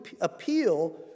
appeal